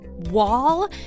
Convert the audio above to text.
Wall